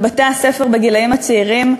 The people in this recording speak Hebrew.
בבתי-הספר בגילים הצעירים,